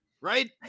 right